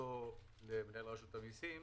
סמכותו למנהל רשות המיסים,